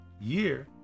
year